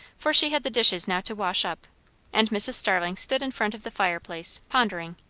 for she had the dishes now to wash up and mrs. starling stood in front of the fire-place, pondering.